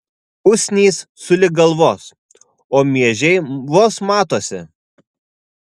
usnys sulig galvos o miežiai vos matosi